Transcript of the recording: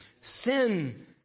Sin